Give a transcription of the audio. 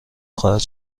خواهد